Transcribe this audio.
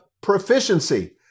proficiency